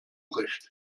bricht